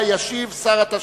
איסור ניתוק מים לרשות מקומית),